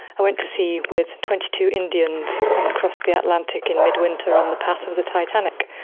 i went to sea with twenty two indians and crossed the atlantic in midwinter on the path of the titanic,